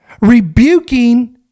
rebuking